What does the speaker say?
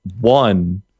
one